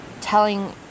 telling